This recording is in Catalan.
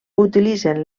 utilitzen